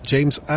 James